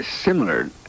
similar